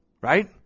Right